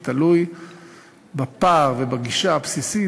זה תלוי בפער ובגישה הבסיסית,